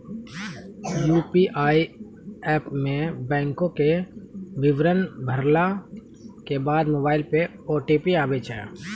UPI app मे बैंको के विबरण भरला के बाद मोबाइल पे ओ.टी.पी आबै छै